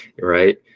Right